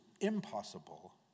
impossible